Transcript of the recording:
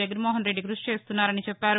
జగన్నోహన్రెడ్డి క్బషి చేస్తున్నారని చెప్పారు